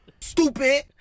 Stupid